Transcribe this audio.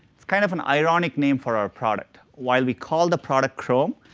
it's kind of an ironic name for our product. while we call the product chrome,